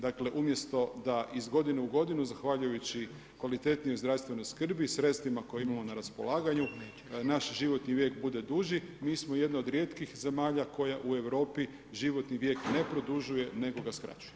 Dakle, umjesto da iz godine u godinu zahvaljujući kvalitetnijoj zdravstvenoj skrbi, sredstvima koja imamo na raspolaganju naš životni vijek bude duži mi smo jedna od rijetkih zemalja koja u Europi životni vijek ne produžuje nego ga skraćuje.